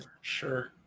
Sure